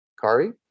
Kari